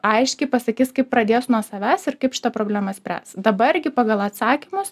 aiškiai pasakys kaip pradės nuo savęs ir kaip šitą problemą spręs dabar gi pagal atsakymus